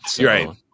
Right